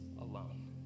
alone